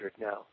now